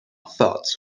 thoughts